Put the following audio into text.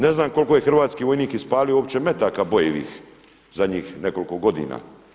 Ne znam koliko je hrvatski vojnik ispalio uopće metaka bojivih zadnjih nekoliko godina.